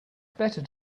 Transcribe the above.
better